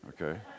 okay